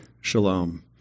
shalom